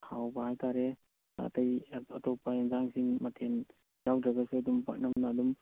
ꯍꯥꯎꯕ ꯍꯥꯏꯇꯥꯔꯦ ꯑꯇꯩ ꯑꯇꯣꯞꯄ ꯌꯦꯟꯁꯥꯡꯁꯤꯡ ꯃꯊꯦꯜ ꯌꯧꯗ꯭ꯔꯒꯁꯨ ꯑꯗꯨꯝ ꯄꯥꯛꯅꯝꯅ ꯑꯗꯨꯝ